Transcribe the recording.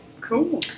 Cool